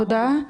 תודה.